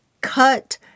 cut